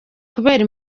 kubera